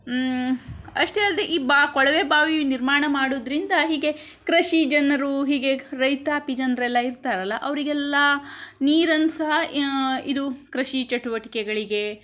ಅಷ್ಟೇ ಅಲ್ಲದೇ ಈ ಬಾ ಕೊಳವೆ ಬಾವಿ ನಿರ್ಮಾಣ ಮಾಡೋದ್ರಿಂದ ಹೀಗೆ ಕೃಷಿ ಜನರು ಹೀಗೆ ರೈತಾಪಿ ಜನರೆಲ್ಲ ಇರ್ತಾರಲ್ಲ ಅವರಿಗೆಲ್ಲ ನೀರನ್ನು ಸಹ ಇದು ಕೃಷಿ ಚಟುವಟಿಕೆಗಳಿಗೆ